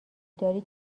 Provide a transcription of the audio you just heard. داری